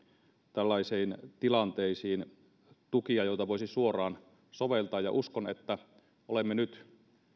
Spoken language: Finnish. tällaisiin tilanteisiin tukia joita voitaisiin suoraan soveltaa uskon että olemme nyt